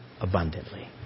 abundantly